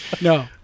No